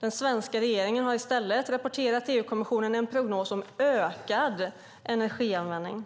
Den svenska regeringen har i stället presenterat en prognos om ökad energianvändning för EU-kommissionen.